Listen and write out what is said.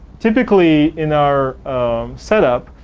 typically in our set up,